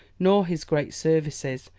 nor his great services,